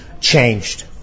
changed